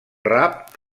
rap